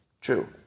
true